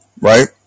right